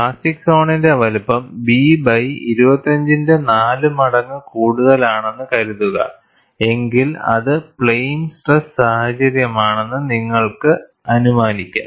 plastic സോണിന്റെ വലുപ്പം B by 25 ന്റെ 4 മടങ്ങ് കൂടുതലാണെന്ന് കരുതുകഎങ്കിൽ അത് പ്ലെയിൻ സ്ട്രെസ് സാഹചര്യമാണെന്ന് നിങ്ങൾക്ക് അനുമാനിക്കാം